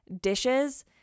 dishes